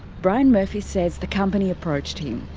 brian murphy says the company approached him.